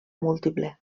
múltiple